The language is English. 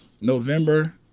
November